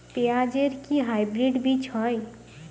পেঁয়াজ এর কি হাইব্রিড বীজ হয়?